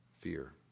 fear